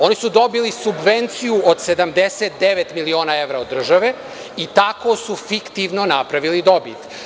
Oni su dobili subvenciju od 79 miliona evra od države i tako su fiktivno napravili dobit.